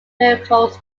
miracles